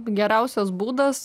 geriausias būdas